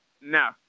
No